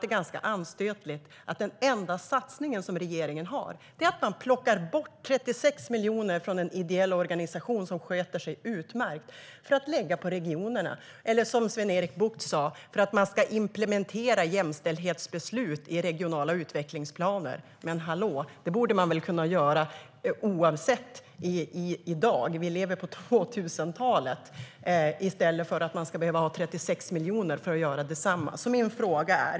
Då är det anstötligt att den enda satsning som regeringen gör är ett plocka bort 36 miljoner från en ideell organisation som sköter sig utmärkt för att lägga på regionerna. Eller som Sven-Erik Bucht sa: för att man ska implementera jämställdhetsbeslut i regionala utvecklingsplaner. Men hallå? Det borde man väl kunna göra ändå. Vi lever ju på 2000-talet. Inte ska man behöva 36 miljoner för att göra det.